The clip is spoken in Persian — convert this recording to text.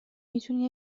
میتونی